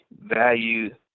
value